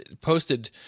posted